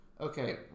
okay